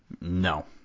No